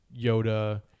Yoda